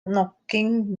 knocking